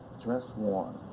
dress warm,